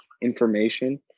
information